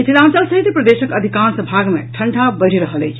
मिथिलांचल सहित प्रदेशक अधिकांश भाग मे ठंडा बढ़ि रहल अछि